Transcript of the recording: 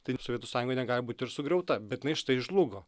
taip sovietų sąjunga negali būti ir sugriauta bet jinai štai žlugo